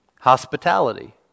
hospitality